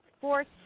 fourth